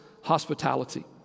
hospitality